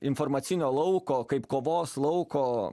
informacinio lauko kaip kovos lauko